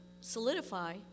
solidify